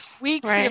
weeks